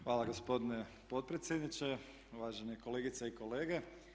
Hvala gospodine potpredsjedniče, uvažene kolegice i kolege.